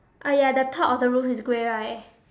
uh ya the top of the roof is grey right